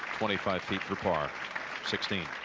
twenty-five feet apart. sixteen